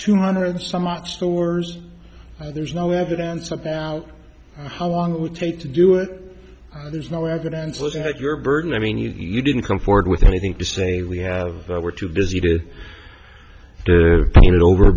two hundred so much stores there's no evidence about how long it would take to do it there's no evidence was it your burden i mean you you didn't come forward with anything to say we have we're too busy to get it over